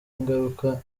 ingaruka